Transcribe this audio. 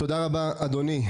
תודה רבה, אדוני.